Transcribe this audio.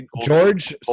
George